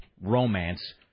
romance